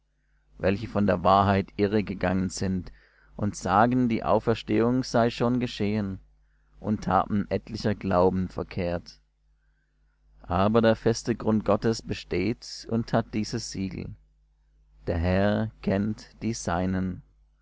welche von der wahrheit irregegangen sind und sagen die auferstehung sei schon geschehen und haben etlicher glauben verkehrt aber der feste grund gottes besteht und hat dieses siegel der herr kennt die seinen